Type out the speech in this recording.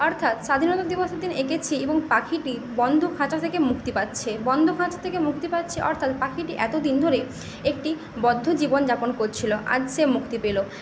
অর্থাৎ স্বাধীনতা দিবসের দিনে এটি এঁকেছি এবং পাখিটি বন্ধ খাঁচা থেকে মুক্তি পাচ্ছে বন্ধ খাঁচা থেকে মুক্তি পাচ্ছে অর্থাৎ পাখিটি এতো দিন ধরে একটি বদ্ধ জীবন যাপন করছিল আজ সে মুক্তি পেল